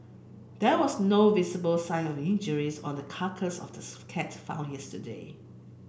there was no visible sign of injuries on the carcass cat found yesterday